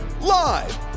Live